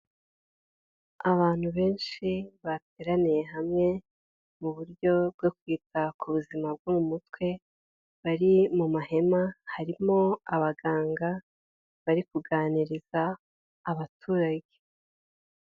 Abantu benshi bateraniye hamwe mu buryo bwo kwita ku buzima bwo mu mutwe, bari mu mahema, harimo abaganga bari kuganiriza abaturage.